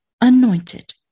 anointed